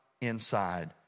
inside